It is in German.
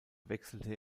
wechselte